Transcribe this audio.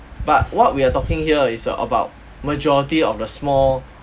but what we are talking here is err about majority of the small